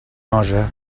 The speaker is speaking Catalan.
nosa